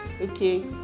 okay